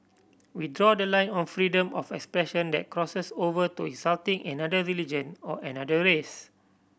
we draw the line on freedom of expression that crosses over to insulting another religion or another race